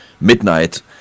Midnight